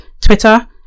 twitter